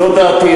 זו דעתי,